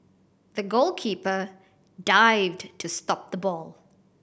the goalkeeper dived to stop the ball